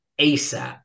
ASAP